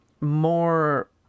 more